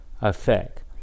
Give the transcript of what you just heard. effect